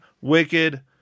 wicked